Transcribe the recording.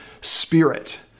Spirit